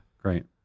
great